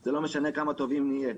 זה לא משנה כמה טובים נהיה,